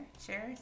sure